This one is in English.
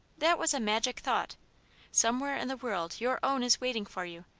that was a magic thought somewhere in the world your own is waiting for you.